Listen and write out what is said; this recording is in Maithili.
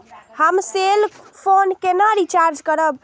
हम सेल फोन केना रिचार्ज करब?